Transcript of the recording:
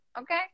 okay